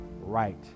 right